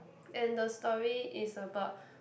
and the story is about